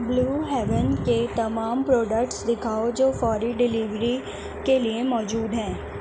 blue Heaven کے تمام products دکھاؤ جو فوری ڈیلیوری کے لیے موجود ہیں